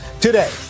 Today